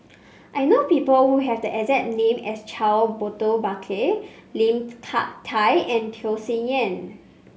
I know people who have the exact name as Charles Burton Buckley Lim Hak Tai and Tham Sien Yen